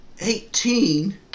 Eighteen